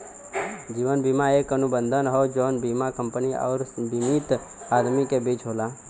जीवन बीमा एक अनुबंध हौ जौन बीमा कंपनी आउर बीमित आदमी के बीच होला